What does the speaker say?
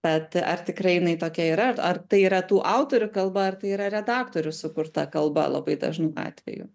bet ar tikrai jinai tokia yra ar tai yra tų autorių kalba ar tai yra redaktorių sukurta kalba labai dažnu atveju